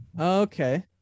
Okay